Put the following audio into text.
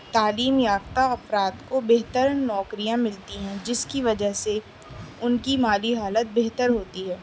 تعلیم یافتہ افراد کو بہتر نوکریاں ملتی ہیں جس کی وجہ سے ان کی مالی حالت بہتر ہوتی ہے